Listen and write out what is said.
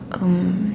um